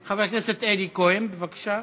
חבר הכנסת אלי כהן, בבקשה.